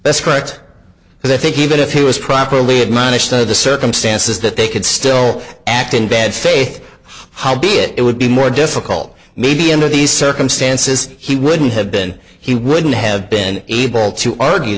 that's correct and i think even if he was properly admonished by the circumstances that they could still act in bad faith how be it would be more difficult maybe under these circumstances he wouldn't have been he wouldn't have been able to argue